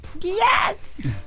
Yes